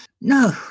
No